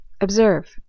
Observe